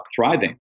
thriving